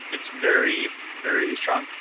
it's very, very strong.